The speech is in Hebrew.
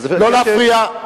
לא להפריע.